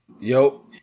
Yo